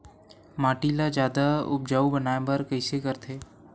माटी ला जादा उपजाऊ बनाय बर कइसे करथे?